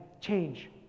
Change